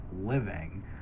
living